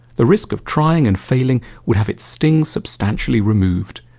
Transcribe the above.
the risk of trying and failing would have its sting substantially removed.